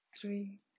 three